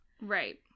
Right